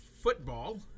football